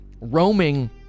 roaming